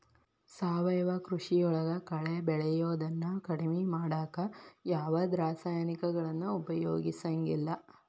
ಸಾವಯವ ಕೃಷಿಯೊಳಗ ಕಳೆ ಬೆಳಿಯೋದನ್ನ ಕಡಿಮಿ ಮಾಡಾಕ ಯಾವದ್ ರಾಸಾಯನಿಕಗಳನ್ನ ಉಪಯೋಗಸಂಗಿಲ್ಲ